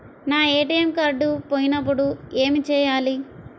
నా ATM card పోయినప్పుడు ఏమి చేయాలి?